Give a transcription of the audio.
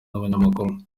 n’abanyamakuru